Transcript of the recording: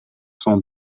cent